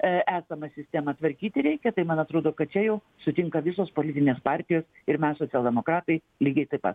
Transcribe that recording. esamą sistemą tvarkyti reikia tai man atrodo kad čia jau sutinka visos politinės partijos ir mes socialdemokratai lygiai taip pat